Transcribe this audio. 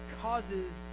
causes